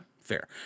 Fair